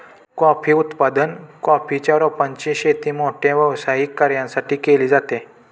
coffee उत्पादन, coffee च्या रोपांची शेती मोठ्या व्यावसायिक कर्यांमध्ये केली जाते